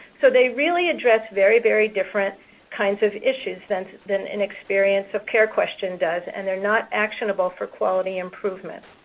so, they really address very, very different kinds of issues than than an experience of care question does. and they're not actionable for quality improvement.